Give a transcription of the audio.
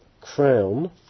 crown